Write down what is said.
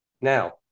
Now